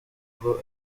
ngo